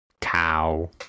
cow